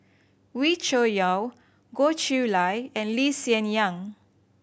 Wee Cho Yaw Goh Chiew Lye and Lee Hsien Yang